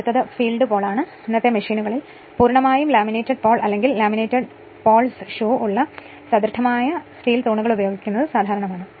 അടുത്തത് ഫീൽഡ്പോൾ ആണ് ഇന്നത്തെ മെഷീനുകളിൽ പൂർണ്ണമായും ലാമിനേറ്റഡ് പോൾ അല്ലെങ്കിൽ ലാമിനേറ്റഡ് പോൾസ് ഷൂ ഉള്ള സുദൃഢമായ സ്റ്റീൽ തൂണുകൾ ഉപയോഗിക്കുന്നത് സാധാരണമാണ്